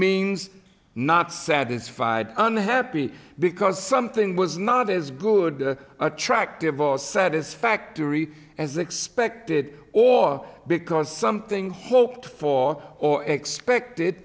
means not satisfied unhappy because something was not as good attractive or satisfactory as expected or because something hoped for or expected